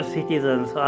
Citizens